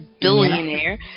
billionaire